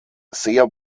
sehr